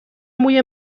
موی